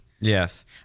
yes